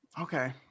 okay